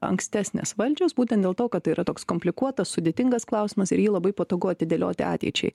ankstesnės valdžios būtent dėl to kad tai yra toks komplikuotas sudėtingas klausimas ir jį labai patogu atidėlioti ateičiai